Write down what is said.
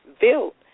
built